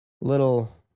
little